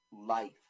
life